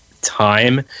time